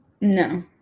No